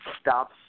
stop